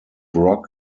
rock